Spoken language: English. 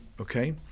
okay